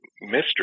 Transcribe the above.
mystery